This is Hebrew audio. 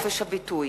חופש הביטוי.